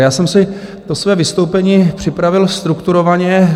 Já jsem si to své vystoupení připravil strukturovaně.